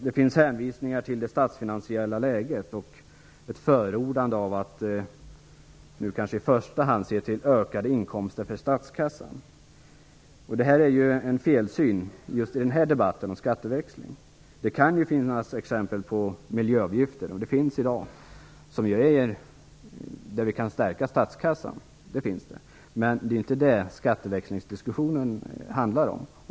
Det finns hänvisningar till det statsfinansiella läget och ett förordande av att i första hand se till att få ökade inkomster till statskassan. Men det är en felsyn i debatten om skatteväxling. Det kan finnas exempel på miljöavgifter - sådana finns redan i dag - som kan stärka statskassan. Men det är inte vad skatteväxlingsdiskussionen handlar om.